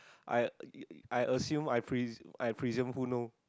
I I assume I presume I presume who know